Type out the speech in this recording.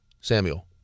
Samuel